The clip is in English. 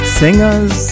singers